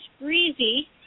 breezy